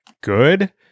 good